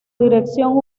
dirección